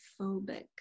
phobic